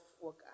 work